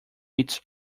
its